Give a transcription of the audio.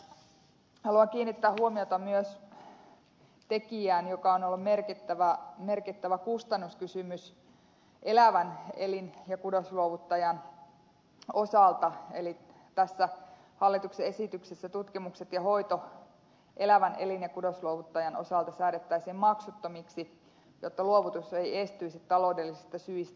haluan kiinnittää huomiota myös tekijään joka on ollut merkittävä kustannuskysymys elävän elin ja kudosluovuttajan osalta eli tässä hallituksen esityksessä tutkimukset ja hoito elävän elin ja kudosluovuttajan osalta säädettäisiin maksuttomiksi jotta luovutus ei estyisi taloudellisista syistä